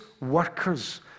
workers